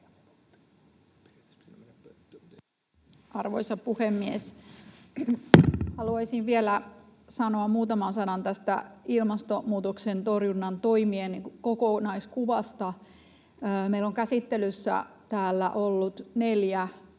Arvoisa puhemies! Haluaisin vielä sanoa muutaman sanan ilmastonmuutoksen torjunnan toimien kokonaiskuvasta. Meillä on ollut täällä käsittelyssä